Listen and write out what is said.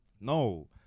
no